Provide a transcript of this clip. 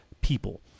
people